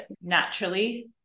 naturally